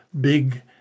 big